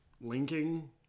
linking